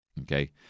Okay